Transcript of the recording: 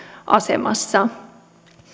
asemassa